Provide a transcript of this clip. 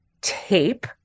tape